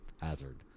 Hazard